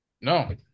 No